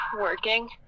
Working